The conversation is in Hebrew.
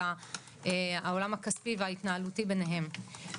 העולם הכספי וההתנהלותי ביניהם.